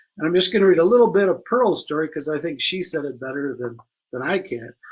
and i'm just gonna read a little bit of pearl's story because i think she said it better than that i can.